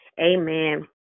Amen